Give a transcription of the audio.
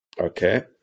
Okay